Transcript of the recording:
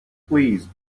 please